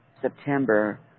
September